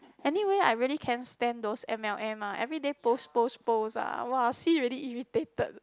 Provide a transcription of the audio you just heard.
anyway I really can't stand those M_L_M ah everyday post post post ah !wah! see already irritated